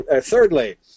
Thirdly